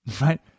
right